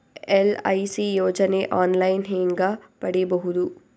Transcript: LIC ಯೋಜನೆ online ಹೇಂಗ ಪಡಿಬಹುದು?